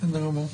בסדר גמור.